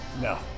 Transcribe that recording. no